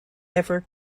ever